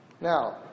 Now